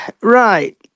Right